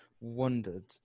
wondered